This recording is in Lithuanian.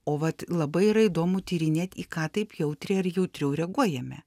o vat labai yra įdomu tyrinėt į ką taip jautriai ar jautriau reaguojame